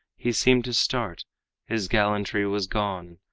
he seemed to start his gallantry was gone,